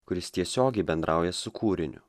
kuris tiesiogiai bendrauja su kūriniu